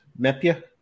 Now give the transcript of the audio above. Mepia